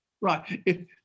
Right